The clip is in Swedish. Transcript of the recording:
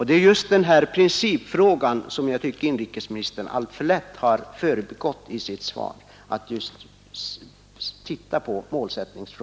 Det är just den här principfrågan som jag tycker att inrikesministern alltför lätt förbigått i sitt svar.